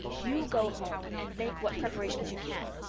you go home and make what preparations you can.